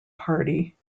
party